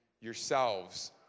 yourselves